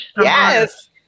Yes